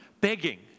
begging